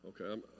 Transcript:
Okay